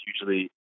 usually